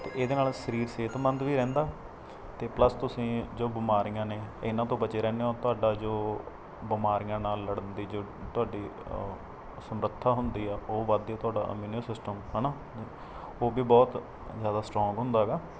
ਅਤੇ ਇਹਦੇ ਨਾਲ ਸਰੀਰ ਸਿਹਤਮੰਦ ਵੀ ਰਹਿੰਦਾ ਅਤੇ ਪਲੱਸ ਤੁਸੀਂ ਜੋ ਬਿਮਾਰੀਆਂ ਨੇ ਇਨ੍ਹਾਂ ਤੋਂ ਬਚੇ ਰਹਿੰਦੇ ਹੋ ਤੁਹਾਡਾ ਜੋ ਬਿਮਾਰੀਆਂ ਨਾਲ ਲੜਨ ਦੀ ਜੋ ਤੁਹਾਡੀ ਸਮਰੱਥਾ ਹੁੰਦੀ ਆ ਉਹ ਵਧਦੀ ਆ ਤੁਹਾਡਾ ਅਮੀਉਨ ਸਿਸਟਮ ਹੈ ਨਾ ਉਹ ਵੀ ਬਹੁਤ ਜ਼ਿਆਦਾ ਸਟਰੋਂਗ ਹੁੰਦਾ ਹੈਗਾ